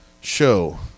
show